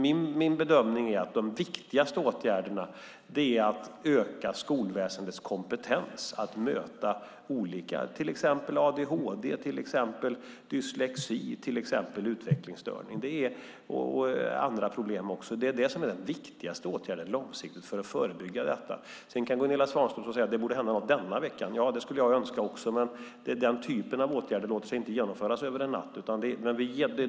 Min bedömning är att den viktigaste åtgärden är att öka skolväsendets kompetens för att kunna möta olika problem - adhd, dyslexi, utvecklingsstörning och även andra problem. Det är den viktigaste åtgärden långsiktigt för att förebygga detta. Sedan kan Gunilla Svantorp stå och säga att det borde hända någonting denna vecka. Ja, det skulle jag också önska, men den typen av åtgärder låter sig inte genomföras över en natt.